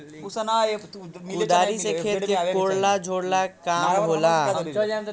कुदारी से खेत के कोड़ला झोरला के काम होला